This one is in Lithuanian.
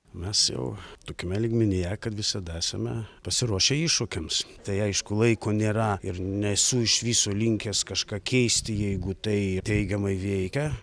mes jau tokiame lygmenyje kad visada esame pasiruošę iššūkiams tai aišku laiko nėra ir nesu iš viso linkęs kažką keisti jeigu tai teigiamai veikia